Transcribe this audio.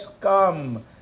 come